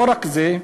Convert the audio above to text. לא רק זה,